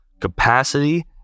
capacity